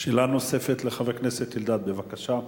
שאלה נוספת לחבר הכנסת אלדד, בבקשה.